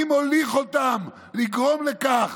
מי מוליך אותם לגרום לכך